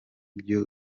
byo